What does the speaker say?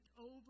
over